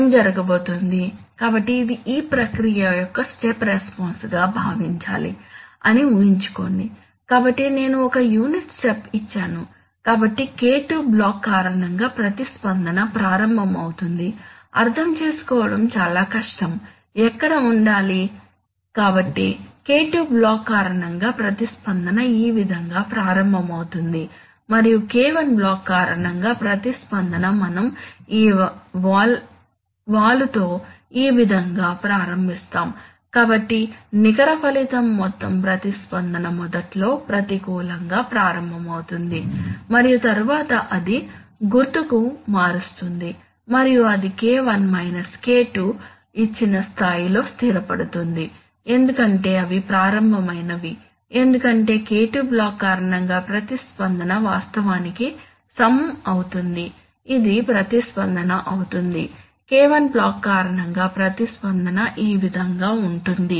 ఏమి జరగబోతోంది కాబట్టి ఇది ఆ ప్రక్రియ యొక్క స్టెప్ రెస్పాన్స్ గా భావించాలి అని ఊహించుకోండి కాబట్టి నేను ఒక యూనిట్ స్టెప్ ఇచ్చాను కాబట్టి K2 బ్లాక్ కారణంగా ప్రతిస్పందన ప్రారంభమవుతుంది అర్థం చేసుకోవడం చాలా కష్టం ఎక్కడ ఉంచాలి కాబట్టి K2 బ్లాక్ కారణంగా ప్రతిస్పందన ఈ విధంగా ప్రారంభమవుతుంది మరియు K1 బ్లాక్ కారణంగా ప్రతిస్పందన మనం ఈ వాలుతో ఈ విధంగా ప్రారంభిస్తాము కాబట్టి నికర ఫలితం మొత్తం ప్రతిస్పందన మొదట్లో ప్రతికూలంగా ప్రారంభమవుతుంది మరియు తరువాత అది గుర్తును మారుస్తుంది మరియు అది K1 K2 ఇచ్చిన స్థాయిలో స్థిరపడుతుంది ఎందుకంటే అవి ప్రారంభమైనవి ఎందుకంటే K2 బ్లాక్ కారణంగా ప్రతిస్పందన వాస్తవానికి సమం అవుతుంది ఇది ప్రతిస్పందన అవుతుంది K1 బ్లాక్ కారణంగా ప్రతిస్పందన ఈ విధంగా ఉంటుంది